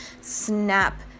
snap